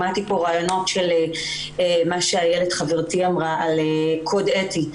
שמעתי פה רעיונות של מה שאיילת חברתי אמרה על קוד אתי,